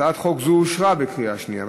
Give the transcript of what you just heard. הצעת חוק זו אושרה בקריאה שנייה.